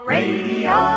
Radio